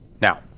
Now